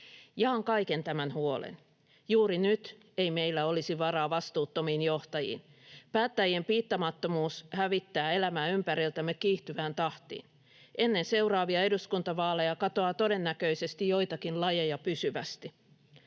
Jaan kaiken tämän huolen. Juuri nyt meillä ei olisi varaa vastuuttomiin johtajiin. Päättäjien piittaamattomuus hävittää elämää ympäriltämme kiihtyvään tahtiin. Ennen seuraavia eduskuntavaaleja katoaa todennäköisesti joitakin lajeja pysyvästi.